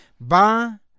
Ba